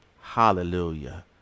Hallelujah